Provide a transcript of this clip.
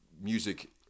music